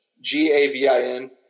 G-A-V-I-N